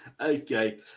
Okay